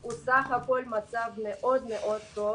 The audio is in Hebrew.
המצב פה הוא סך הכול מצב מאוד מאוד טוב